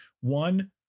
one